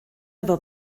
efo